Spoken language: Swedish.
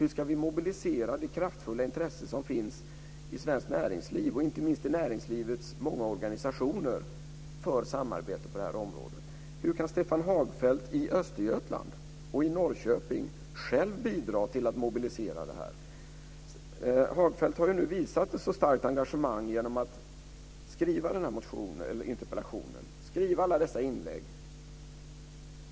Hur ska vi mobilisera det kraftfulla intresse som finns i svenskt näringsliv, inte minst i näringslivets många organisationer, för samarbete på det här området? Hur kan Stefan Hagfeldt i Östergötland, i Norrköping, själv bidra till att mobilisera det här? Hagfeldt har ju nu visat ett så starkt engagemang genom att skriva den här interpellationen, skriva alla dessa inlägg.